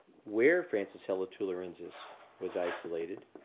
where francisella tularensis was isolated.